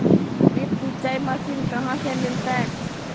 Drip सिंचाई machine कहाँ से मिलतै?